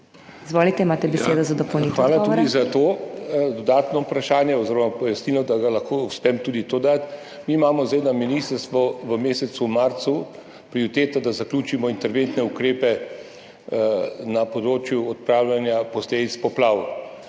(minister za naravne vire in prostor): Hvala tudi za to dodatno vprašanje oziroma pojasnilo, da lahko uspem tudi to podati. Mi imamo zdaj na ministrstvu v mesecu marcu prioriteto, da zaključimo interventne ukrepe na področju odpravljanja posledic poplav.